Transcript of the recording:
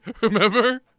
Remember